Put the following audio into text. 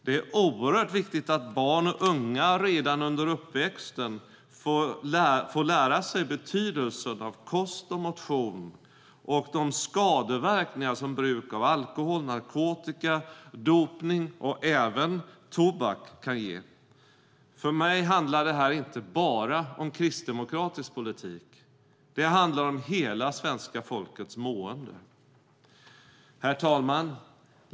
Det är oerhört viktigt att barn och unga redan under uppväxten får lära sig betydelsen av kost och motion och de skadeverkningar som bruk av alkohol, narkotika, dopning och även tobak kan ge. För mig handlar det här inte bara om kristdemokratisk politik. Det handlar om hela svenska folkets mående. Herr talman!